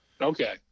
Okay